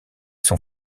sont